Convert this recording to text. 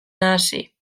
nahasi